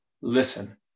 Listen